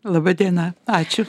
laba diena ačiū